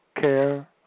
Care